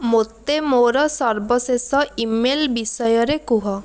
ମୋତେ ମୋର ସର୍ବଶେଷ ଇମେଲ୍ ବିଷୟରେ କୁହ